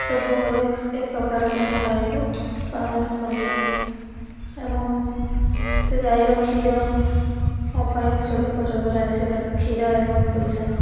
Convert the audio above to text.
ସବୁବେଳେ ଏ ପ୍ରକାରରେ ମୁଁ ଗାଈକୁ ପାଳନ କଲି ଏବଂ ସେ ଗାଈର କ୍ଷୀର ମୋ ପାଇଁ ସଦୁପଯୋଗରେ ଆସିଲା ତ କ୍ଷୀର ଏବଂ ପଇସା